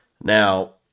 Now